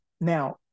Now